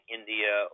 India